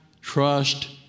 trust